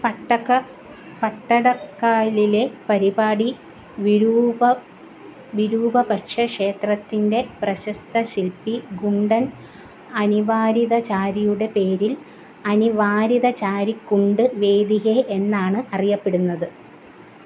പട്ടക്ക പട്ടടക്കായലിലെ പരിപാടി വിരൂപ വിരൂപ പക്ഷ്യ ക്ഷേത്രത്തിന്റെ പ്രശസ്ത ശിൽപി ഗുണ്ടൻ അനിവാരിതചാരിയുടെ പേരില് അനിവാരിതചാരിക്കുണ്ട് വേദികേ എന്നാണ് അറിയപ്പെടുന്നത്